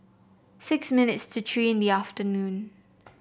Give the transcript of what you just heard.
six minutes to three in the afternoon